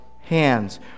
hands